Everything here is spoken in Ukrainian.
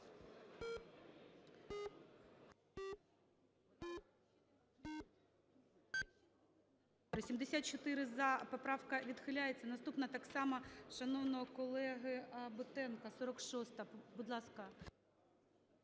За-74 Поправка відхиляється. Наступна, так само, шановного колеги Батенка, 46-а, будь ласка.